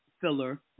filler